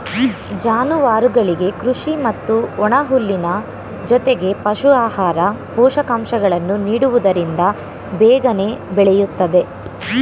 ಜಾನುವಾರುಗಳಿಗೆ ಕೃಷಿ ಮತ್ತು ಒಣಹುಲ್ಲಿನ ಜೊತೆಗೆ ಪಶು ಆಹಾರ, ಪೋಷಕಾಂಶಗಳನ್ನು ನೀಡುವುದರಿಂದ ಬೇಗನೆ ಬೆಳೆಯುತ್ತದೆ